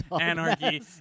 anarchy